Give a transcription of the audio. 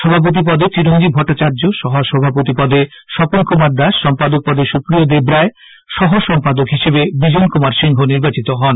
সভাপতি পদে চিরঞ্জীব ভট্টাচার্য্য সহ সভাপতি পদে স্বপন কুমার দাস সম্পাদক পদে সুপ্রিয় দেবরায় সহ সম্পাদক হিসাবে বিজন কুমার সিংহ নির্বাচিত হন